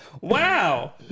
Wow